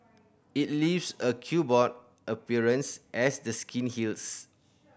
it leaves a chequerboard appearance as the skin heals